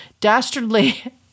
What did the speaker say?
Dastardly